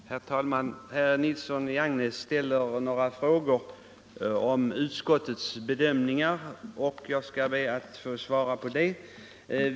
Herr talman! Herr Nilsson i Agnäs ställer några frågor om utskottets bedömningar. Jag skall be att få svara på dem.